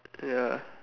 ya